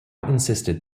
insisted